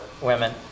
women